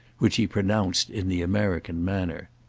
which he pronounced in the american manner.